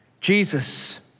Jesus